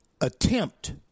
attempt